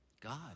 God